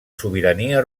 sobirania